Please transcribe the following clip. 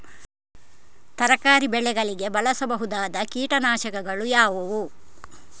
ತರಕಾರಿ ಬೆಳೆಗಳಿಗೆ ಬಳಸಬಹುದಾದ ಕೀಟನಾಶಕಗಳು ಯಾವುವು?